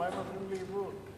המים הולכים לאיבוד.